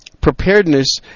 preparedness